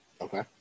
Okay